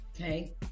Okay